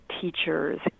teachers